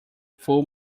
full